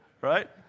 right